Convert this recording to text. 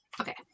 Okay